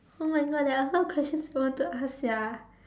oh my god there are a lot of question I want to ask sia